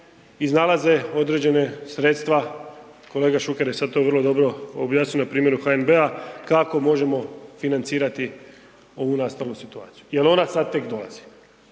iznalaze određena sredstva, kolega Šuker je sada to vrlo dobro objasnio na primjeru HNB-a kako možemo financirati ovu nastalu situaciju jel ona sada tek dolazi.